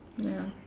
ya